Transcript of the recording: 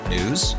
News